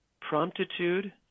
promptitude